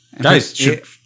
Guys